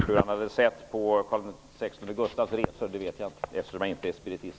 Hur han hade sett på Carl XVI Gustaf vet jag inte, eftersom jag inte är spiritist.